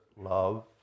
love